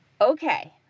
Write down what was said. Okay